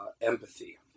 empathy